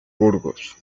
burgos